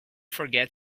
forget